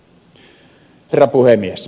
herra puhemies